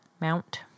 mount